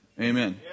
Amen